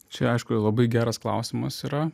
čia aišku yra labai geras klausimas yra